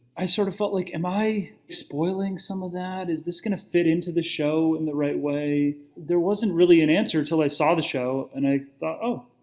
i sort of felt like, am i spoiling some of that? is this gonna fit in to the show in the right way? there wasn't really an answer until i saw the show, and i thought, oh,